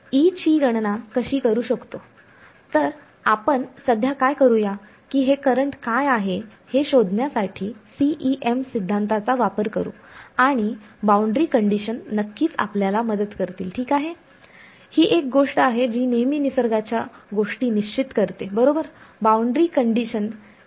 तर आपण सध्या काय करूया की हे करंट काय आहे हे शोधण्यासाठी CEM सिद्धांताचा वापर करू आणि बाउंड्री कंडिशन नक्कीच आपल्याला मदत करतील ठीक आहे ही एक गोष्ट आहे जी नेहमी निसर्गाच्या गोष्टी निश्चित करते बरोबर बाउंड्री कंडिशन ही सक्ती करतील